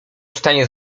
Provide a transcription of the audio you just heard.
stanie